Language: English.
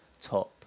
top